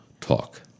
talk